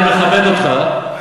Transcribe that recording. אני מכבד אותך,